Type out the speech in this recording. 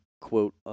quote